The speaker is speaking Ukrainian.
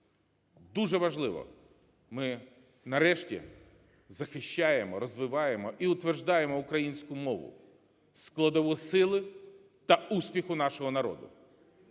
Дуже важливо, ми, нарешті, захищаємо, розвиваємо і утверджуємо українську мову – складову сили та успіху нашого народу.